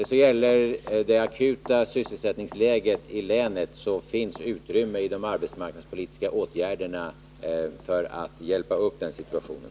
Vad gäller det akuta sysselsättningsläget i länet finns utrymme i de arbetsmarknadspolitiska åtgärderna för att hjälpa upp den situationen.